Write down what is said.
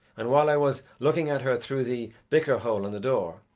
and while i was looking at her through the bicker-hole on the door,